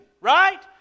right